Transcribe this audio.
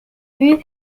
but